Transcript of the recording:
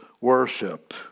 worship